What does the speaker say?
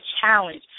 challenge